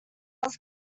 was